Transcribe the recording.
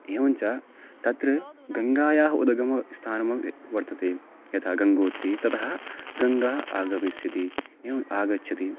एवञ्च तत्र गङ्गायाः उद्गमं स्थानं वर्तते यथा गङ्गोत्रिः ततः गङ्गा आगमिष्यति एवम् आगच्छति